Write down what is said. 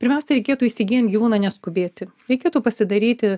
pirmiausia reikėtų įsigyjant gyvūną neskubėti reikėtų pasidaryti